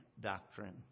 doctrine